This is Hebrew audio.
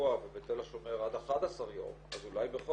שבוע ובתל השומר עד 11 יום אז אולי בכל